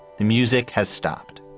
the music has stopped.